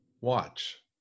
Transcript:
watch